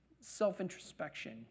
self-introspection